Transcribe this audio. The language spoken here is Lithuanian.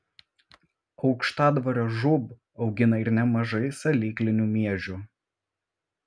aukštadvario žūb augina ir nemažai salyklinių miežių